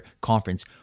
conference